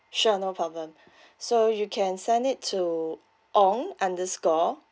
sure no problem so you can send it to Ong underscore